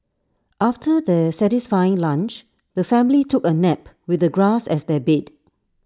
after their satisfying lunch the family took A nap with the grass as their bed